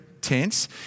tense